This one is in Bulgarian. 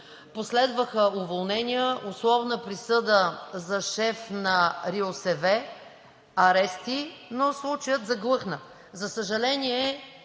последваха уволнения, условна присъда за шеф на РИОСВ, арести, но случаят заглъхна. За съжаление,